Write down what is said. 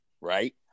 right